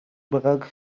байгааг